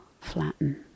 flatten